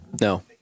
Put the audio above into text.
No